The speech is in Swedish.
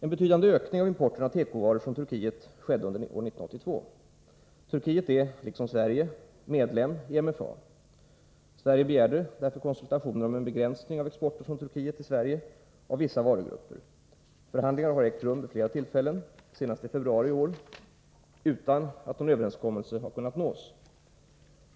En betydande ökning av importen av tekovaror från Turkiet skedde under år 1982. Turkiet är, liksom Sverige, medlem i MFA. Sverige begärde därför konsultationer om en begränsning av exporten från Turkiet till Sverige av vissa varugrupper. Förhandlingar har ägt rum vid flera tillfällen, senast i februari i år, utan att någon överenskommelse kunnat nås.